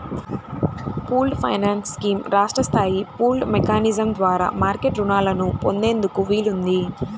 pooled finance scheme రాష్ట్ర స్థాయి pooled mechanism ద్వారా మార్కెట్ రుణాలను పొందేందుకు వీలుంది